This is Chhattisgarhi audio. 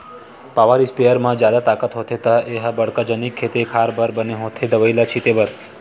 पॉवर इस्पेयर म जादा ताकत होथे त ए ह बड़का जनिक खेते खार बर बने होथे दवई ल छिते बर